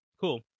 cool